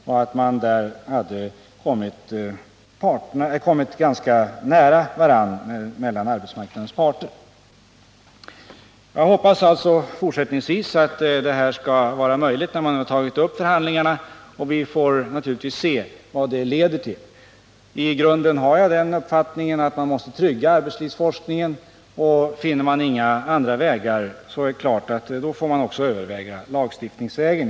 Arbetsmarknadens parter hade där kommit ganska nära varandra. Jag hoppas alltså fortsättningsvis att det skall vara möjligt att gå till väga på detta sätt, när man tagit upp förhandlingarna, och vi får naturligtvis se vad det leder till. I grunden har jag den uppfattningen att man måste trygga arbetslivsforskningen, och finner man inga andra vägar får man också överväga lagstiftningsvägen.